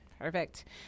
perfect